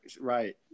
right